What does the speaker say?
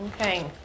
Okay